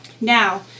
Now